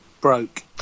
broke